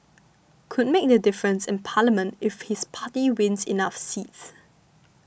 could make the difference in Parliament if his party wins enough seats